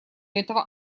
этого